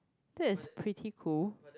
that is pretty cool